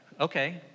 Okay